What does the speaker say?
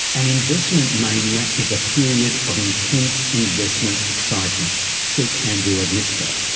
an investment mania is a period of intense investment excitement, says andrew odlyzko.